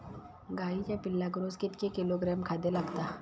गाईच्या पिल्लाक रोज कितके किलोग्रॅम खाद्य लागता?